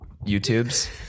YouTube's